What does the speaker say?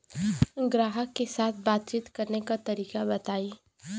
ग्राहक के साथ बातचीत करने का तरीका बताई?